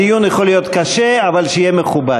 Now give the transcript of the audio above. הדיון יכול להיות קשה, אבל שיהיה מכובד.